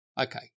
okay